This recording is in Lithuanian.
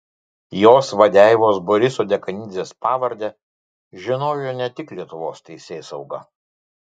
jos vadeivos boriso dekanidzės pavardę žinojo ne tik lietuvos teisėsauga